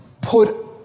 put